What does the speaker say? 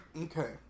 Okay